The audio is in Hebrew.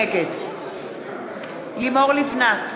נגד לימור לבנת,